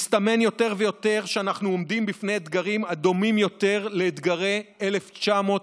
מסתמן יותר ויותר שאנחנו עומדים בפני אתגרים הדומים יותר לאתגרי 1973,